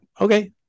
okay